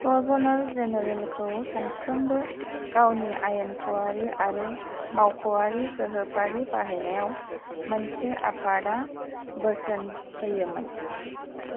governor जेनेरेलखौ सानफ्रोमबो गावनि आयेनखआरि आरो मावखआरि गोहोफोरनि बाहायनायाव मोनसे आफादा बोसोन होयोमोन